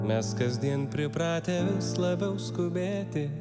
mes kasdien pripratę vis labiau skubėti